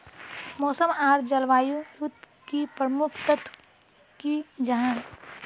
मौसम आर जलवायु युत की प्रमुख तत्व की जाहा?